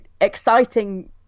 exciting